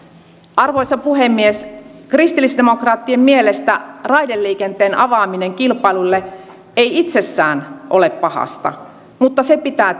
arvoisa puhemies kristillisdemokraattien mielestä raideliikenteen avaaminen kilpailulle ei itsessään ole pahasta mutta se pitää